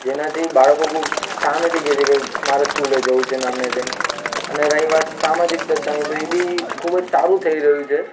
જેનાથી બાળકો સામેથી કહે છે કે મારે સ્કૂલે જવું છે ને આમને તેમ અને રહી વાત સામાજિકતાની તો એ બી ખૂબ જ સારું થઈ રહ્યું છે